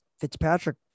Fitzpatrick